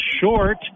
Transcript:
short